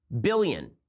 billion